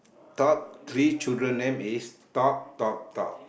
taught three children name is talk talk talk